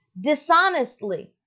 dishonestly